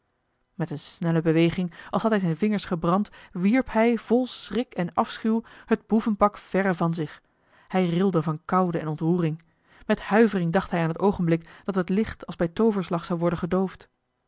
met eene snelle beweging als had hij zijne vingers gebrand wierp hij vol schrik en afschuw het boevenpak verre van zich hij rilde van koude en ontroering met huivering dacht hij aan het oogenblik dat het licht als bij tooverslag zou worden gedoofd